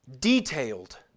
Detailed